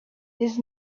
his